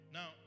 Now